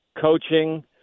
coaching